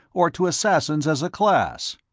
or to assassins as a class?